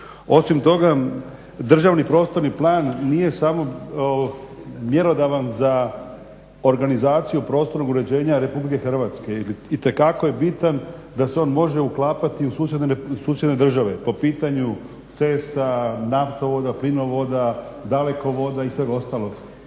Osim toga državni prostorni plan nije samo mjerodavan za organizaciju prostornog uređenja RH. Itekako je bitan da se on može uklapati u susjedne države po pitanju cesta, naftovoda, plinovoda, dalekovoda i svega ostalog.